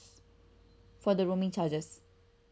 for the roaming charges